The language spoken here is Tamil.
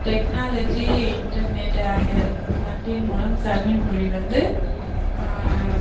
டெக்னாலாஜி இன்டர்நெட் ஆகிய ரெண்டின் மூலம் தமிழ் மொழி வந்து